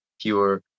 pure